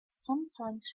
sometimes